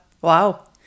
Wow